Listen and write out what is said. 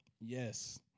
Yes